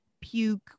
puke